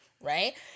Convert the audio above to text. right